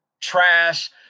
trash